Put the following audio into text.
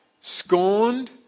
scorned